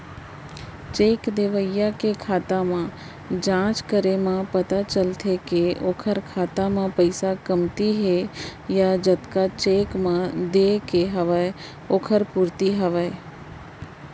cheque देवइया के खाता म जाँच करे म पता चलथे के ओखर खाता म पइसा कमती हे या जतका चेक म देय के हवय ओखर पूरति हवय